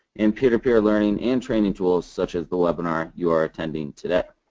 and peer-to-peer learning and training tools such as the webinar, you are attending today.